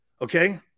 okay